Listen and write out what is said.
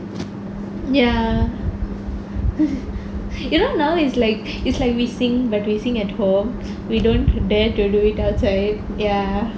ya you know now is like is like we sing but we sing at home we don't dare to do it outside ya